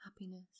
happiness